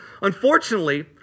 unfortunately